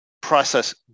process